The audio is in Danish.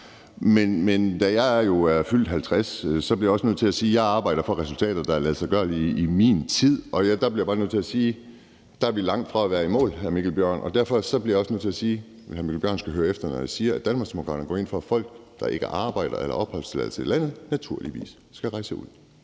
Men da jeg jo er fyldt 50 år, bliver jeg også nødt til at sige, at jeg arbejder for resultater, der er ladsiggørlige i min tid. Der bliver jeg bare nødt til at sige, at vi er langt fra at være i mål, hr. Mikkel Bjørn. Derfor bliver jeg også nødt til at sige, at hr. Mikkel Bjørn skal høre efter, når jeg siger, at Danmarksdemokraterne går ind for, at folk, der ikke arbejder eller har opholdstilladelse i landet, naturligvis skal rejse ud.